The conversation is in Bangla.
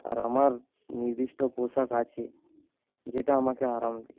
আর আমার নির্দিষ্ট পোশাক আছে যেটা আমাকে আরাম দেয়